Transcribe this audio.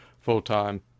full-time